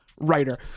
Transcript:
writer